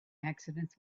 accidents